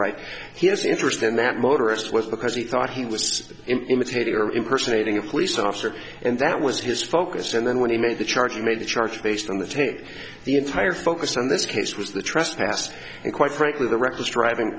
right he has interest in that motorist was because he thought he was imitating or impersonating a police officer and that was his focus and then when he made the charge made the charge based on the take the entire focus on this case was the trespass and quite frankly the reckless driving